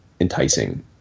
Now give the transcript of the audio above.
enticing